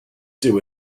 dyw